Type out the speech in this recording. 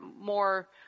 more